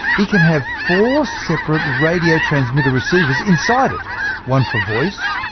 it can have four separate radio transmitter receivers inside it one for voice,